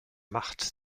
macht